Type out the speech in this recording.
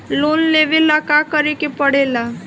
Loan लेबे ला का करे के पड़े ला?